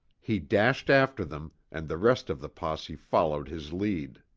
he dashed after them, and the rest of the posse followed his lead.